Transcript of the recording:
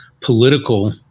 political